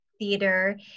theater